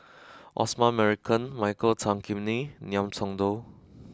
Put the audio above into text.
Osman Merican Michael Tan Kim Nei Ngiam Tong Dow